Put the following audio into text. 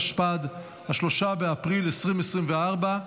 התשפ"ד 2024,